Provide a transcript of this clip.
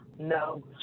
No